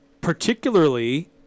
particularly